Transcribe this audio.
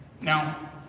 now